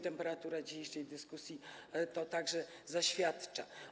Temperatura dzisiejszej dyskusji także to zaświadcza.